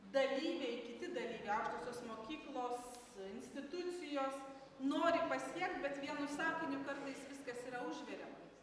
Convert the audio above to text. dalyviai kiti dalyviai aukštosios mokyklos institucijos nori pasiekt bet vienu sakiniu kartais viskas yra užveriama